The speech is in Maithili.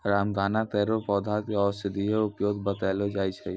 रामदाना केरो पौधा क औषधीय उपयोग बतैलो जाय छै